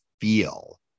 feel